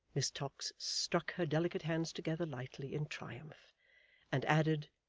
miss tox struck her delicate hands together lightly, in triumph and added,